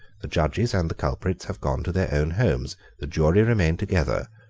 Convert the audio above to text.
the judges and the culprits have gone to their own homes. the jury remain together.